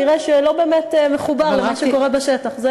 נראה שלא באמת מחובר למה שקורה בשטח.